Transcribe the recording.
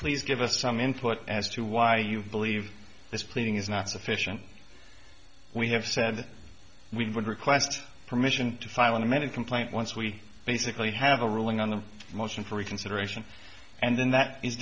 please give us some input as to why you believe this pleading is not sufficient we have said we would request permission to file an amended complaint once we basically have a ruling on the motion for reconsideration and then that is